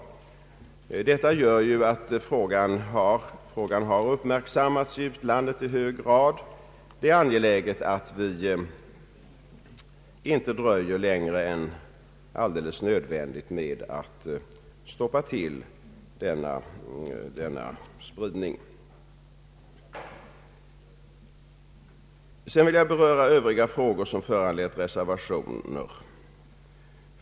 Frågan har uppmärksammats i utlandet i hög grad, och det är angeläget att vi inte dröjer längre än alldeles nödvändigt med att stoppa denna spridning. Sedan vill jag beröra övriga frågor som föranlett reservationer.